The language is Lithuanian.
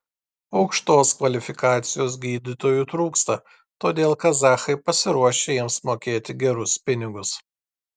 aukštos kvalifikacijos gydytojų trūksta todėl kazachai pasiruošę jiems mokėti gerus pinigus